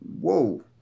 whoa